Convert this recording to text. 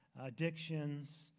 addictions